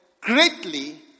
greatly